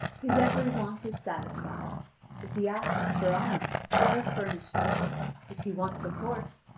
his every want is satisfied if he asks for arms, they are furnished him if he wants a horse,